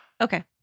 Okay